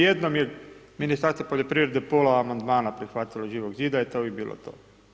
Jednom je Ministarstvo poljoprivrede pola amandmana prihvatilo Živog zida i to bi bilo to.